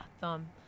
thumb